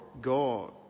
God